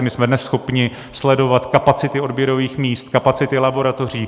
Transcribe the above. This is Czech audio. My jsme dnes schopni sledovat kapacity odběrových míst, kapacity laboratoří.